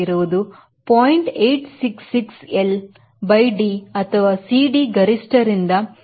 866L by D ಅಥವಾ CD ಗರಿಷ್ಠ ದಿಂದ 0